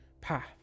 path